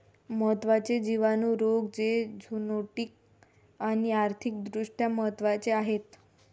महत्त्वाचे जिवाणू रोग जे झुनोटिक आणि आर्थिक दृष्ट्या महत्वाचे आहेत